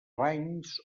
banys